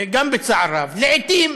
גם בצער רב: לעתים